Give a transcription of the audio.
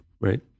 Right